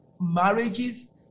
marriages